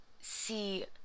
see